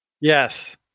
Yes